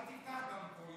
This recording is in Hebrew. אולי תפתח גם פה לשכה?